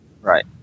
Right